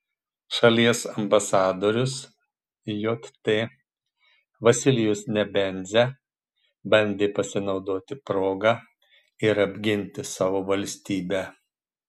šalies ambasadorius jt vasilijus nebenzia bandė pasinaudoti proga ir apginti savo valstybę